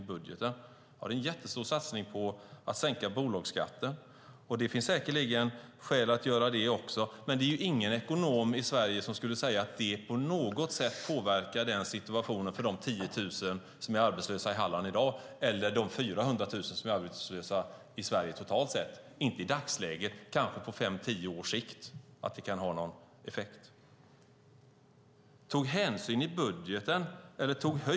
Ja, det är en jättestor satsning på att sänka bolagsskatten, och det finns säkerligen skäl att göra det, men det finns ingen ekonom i Sverige som skulle säga att det på något sätt påverkar situationen för de 10 000 som är arbetslösa i Halland i dag eller för de totalt 400 000 arbetslösa i Sverige. Inte i dagsläget. På kanske fem till tio års sikt kan det ha effekt. Tog höjd i budgeten, sades det.